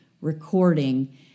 recording